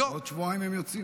עוד שבועיים הם יוצאים.